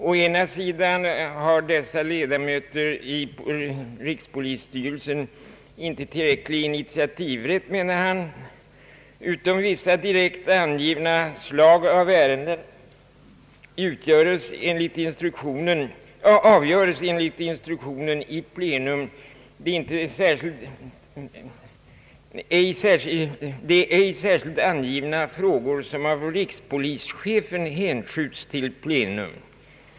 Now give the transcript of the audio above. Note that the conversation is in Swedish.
Å ena sidan har dessa ledamöter i rikspolisstyrelsen inte tillräcklig initiativrätt, menar han, utan endast vissa direkt angivna slag av ärenden avgörs enligt instruktionen i plenum. Därjämte kan andra ej särskilt angivna frågor av rikspolischefen hänskjutas till plenum.